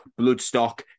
Bloodstock